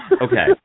Okay